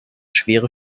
schwere